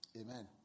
Amen